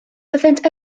byddent